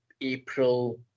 April